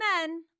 men